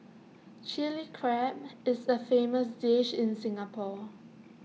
Chilli Crab is A famous dish in Singapore